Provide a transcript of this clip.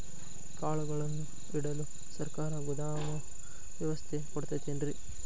ಕಾಳುಗಳನ್ನುಇಡಲು ಸರಕಾರ ಗೋದಾಮು ವ್ಯವಸ್ಥೆ ಕೊಡತೈತೇನ್ರಿ?